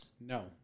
No